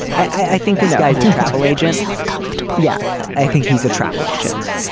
i think this guy's a travel agent yeah, i think he's a travel agent.